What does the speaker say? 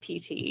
PT